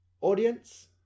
Audience